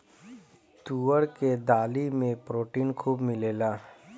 तुअर के दाली में प्रोटीन खूब मिलेला